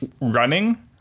running